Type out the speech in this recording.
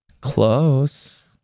Close